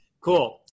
Cool